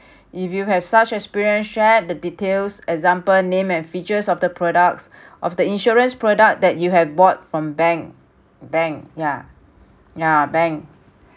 if you have such experience share the details example name and features of the products of the insurance product that you have bought from bank bank yeah yeah bank